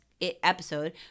episode